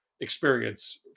experience